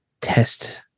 test